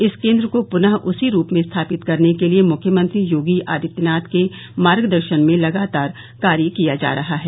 इस केन्द्र को पूनः उसी रूप में स्थापित करने के लिये मुख्यमंत्री योगी आदित्यनाथ के मार्गदर्शन में लगातार कार्य किया जा रहा है